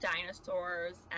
dinosaurs